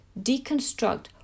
deconstruct